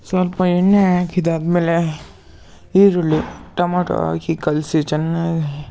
ಸ್ವಲ್ಪ ಎಣ್ಣೆ ಹಾಕಿದ್ದು ಆದಮೇಲೆ ಈರುಳ್ಳಿ ಟಮೋಟೊ ಹಾಕಿ ಕಲಿಸಿ ಚೆನ್ನಾಗಿ